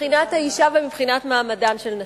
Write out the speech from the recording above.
מבחינת האשה ומבחינת מעמדן של נשים,